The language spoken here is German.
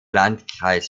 landkreis